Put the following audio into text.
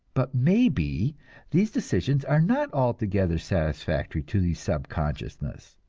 but maybe these decisions are not altogether satisfactory to the subconsciousness.